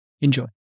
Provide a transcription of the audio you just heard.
Enjoy